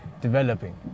Developing